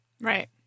Right